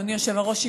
אדוני היושב-ראש,